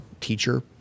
teacher